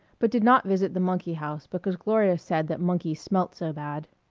but did not visit the monkey house because gloria said that monkeys smelt so bad.